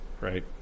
right